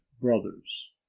brothers